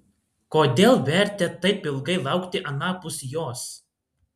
kodėl vertėt taip ilgai laukti anapus jos